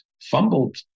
fumbled